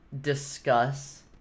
discuss